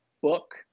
book